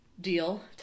deal